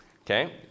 Okay